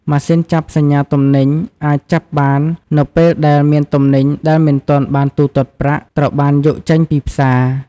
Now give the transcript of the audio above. ម៉ាស៊ីនចាប់សញ្ញាទំនិញអាចចាប់បាននៅពេលដែលមានទំនិញដែលមិនទាន់បានទូទាត់ប្រាក់ ត្រូវបានយកចេញពីផ្សារ។